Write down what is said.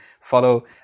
follow